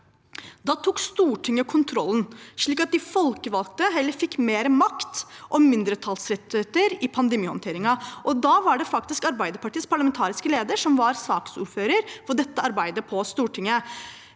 Da tok Stortinget kontrollen, slik at de folkevalgte heller fikk mer makt og ivaretakelse av mindretallsrettigheter i pandemihåndteringen, og det var faktisk Arbeiderpartiets parlamentariske leder som var saksordfører for dette arbeidet på Stortinget.